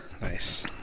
Nice